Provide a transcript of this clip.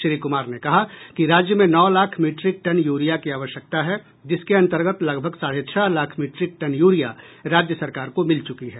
श्री कुमार ने कहा कि राज्य में नौ लाख मिट्रिक टन यूरिया की आवश्यकता है जिसके अन्तर्गत लगभग साढ़े छह लाख मिट्रिक टन यूरिया राज्य सरकार को मिल च्रकी है